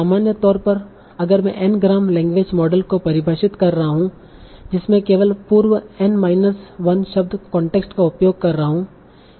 सामान्य तौर पर अगर मैं N ग्राम लैंग्वेज मॉडल को परिभाषित कर रहा हूं जिसमे केवल पूर्व n माइनस 1 शब्द कांटेक्स्ट का उपयोग कर रहा हूं